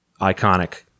iconic